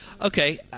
Okay